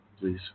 please